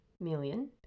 million